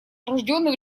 рожденный